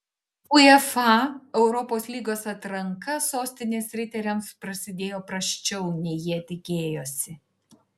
uefa europos lygos atranka sostinės riteriams prasidėjo prasčiau nei jie tikėjosi